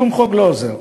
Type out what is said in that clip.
שום חוק לא עוזר.